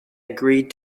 agreed